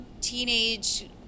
teenage